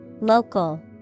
Local